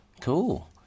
cool